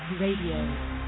Radio